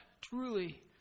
truly